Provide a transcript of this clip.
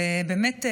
באמת,